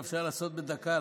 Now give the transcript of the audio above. אפשר לעשות בדקה,